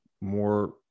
more